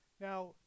Now